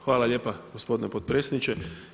Hvala lijepa gospodine potpredsjedniče.